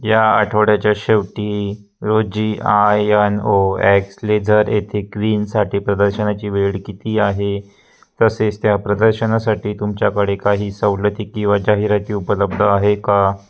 या आठवड्याच्या शेवटी रोजी INOX Leisure येथे क्वीनसाठी प्रदर्शनाची वेळ किती आहे तसेच त्या प्रदर्शनासाठी तुमच्याकडे काही सवलती किंवा जाहिराती उपलब्ध आहे का